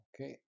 Okay